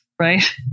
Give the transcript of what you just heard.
Right